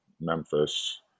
Memphis